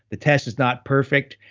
the test is not perfect.